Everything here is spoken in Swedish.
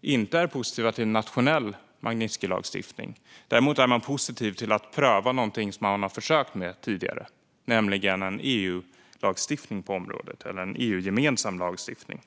inte är positiva till en nationell Magnitskijlagstiftning. Däremot är man positiv till att pröva någonting som man har försökt med tidigare, nämligen en EU-gemensam lagstiftning på området.